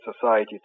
society